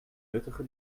nuttige